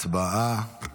הצבעה.